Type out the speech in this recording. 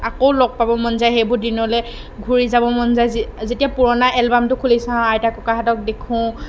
আকৌ লগ পাব মন যায় সেইবোৰ দিনলৈ ঘূৰি যাব মন যায় যি যেতিয়া পুৰণা এলবামটো খুলি চাওঁ আইতা ককাহঁতক দেখোঁ